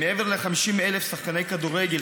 מעבר ל-50,000 שחקני כדורגל,